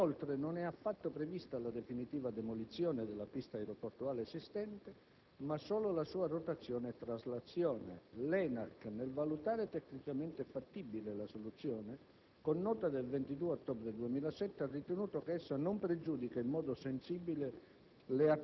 Inoltre, non è affatto prevista la definitiva demolizione della pista aeroportuale esistente, ma solo la sua rotazione e traslazione. L'ENAC, nel valutare tecnicamente fattibile la soluzione, con nota del 22 ottobre 2007, ha ritenuto che essa non pregiudica in modo sensibile